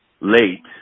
late